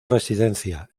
residencia